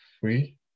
free